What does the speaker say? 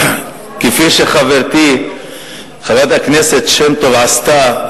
כפי שחברתי חברת הכנסת שמטוב עשתה,